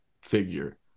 figure